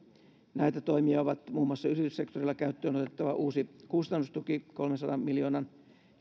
näitä toimia ovat muun muassa yrityssektorilla käyttöön otettava uusi kustannustuki kolmensadan miljoonan